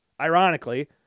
ironically